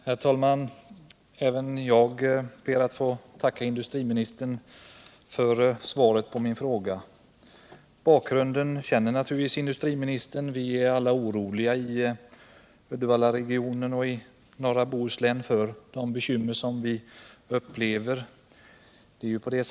Herr talman! Även jag ber att få tacka industriministern för svaret på min fråga. Bakgrunden känner industriministern naturligtvis till. Alla i Uddevallaregionen och norra Bohuslän är oroliga för de bekymmer som vi upplever.